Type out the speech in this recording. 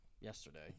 yesterday